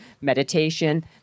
meditation